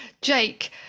Jake